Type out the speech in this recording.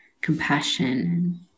compassion